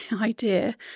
idea